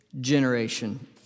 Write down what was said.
generation